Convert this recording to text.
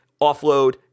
offload